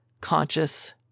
conscious